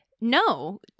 No